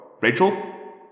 Rachel